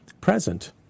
present